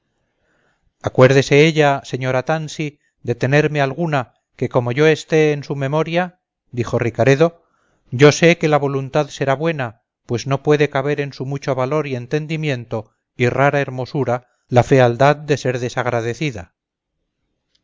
acuérdese ella señora tansi de tenerme alguna que como yo esté en su memoria dijo ricaredo yo sé que la voluntad será buena pues no puede caber en su mucho valor y entendimiento y rara hermosura la fealdad de ser desagradecida